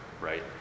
right